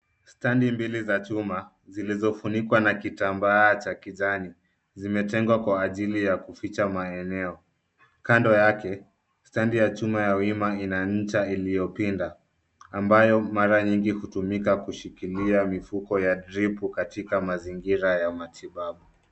Standi mbili za chuma zilizofunikwa na kitambaa cha kijani zimejengwa kwa ajili ya kuficha maeneo. Kando yake, standi ya chuma ya wima ina ncha iliyopinda ambayo mara nyingi hutumika kushikilia mifuko ya dripu katika mazingira ya matibabu.